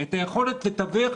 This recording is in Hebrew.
את היכולת לתווך